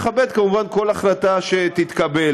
ואני אכבד כמובן כל החלטה שתתקבל.